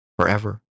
forever